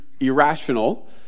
Irrational